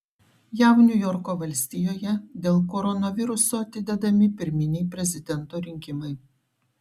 jav niujorko valstijoje dėl koronaviruso atidedami pirminiai prezidento rinkimai